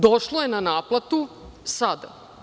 Došlo je na naplatu sada.